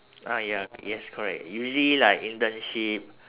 ah ya yes correct usually like internship